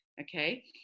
Okay